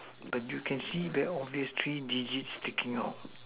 but you can see the obvious three digits sticking out